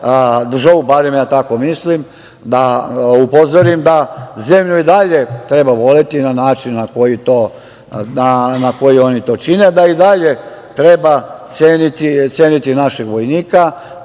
državu, barem ja tako mislim, da upozorim da zemlju i dalje treba voleti na način na koji oni to čine, da i dalje treba ceniti našeg vojnika,